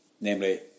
namely